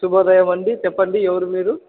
శుభోదయమండీ చెప్పండి ఎవరు మీరు